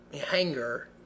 hanger